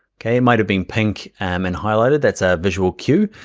okay, it might have been pink um and highlighted, that's a visual cue,